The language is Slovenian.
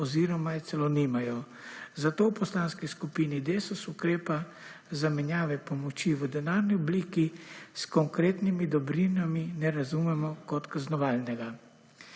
oziroma je celo nimajo, zato v Poslanski skupini Desus ukrepa zamenjave pomoči v denarni obliki s konkretnimi dobrinami ne razumemo kot kaznovalnega.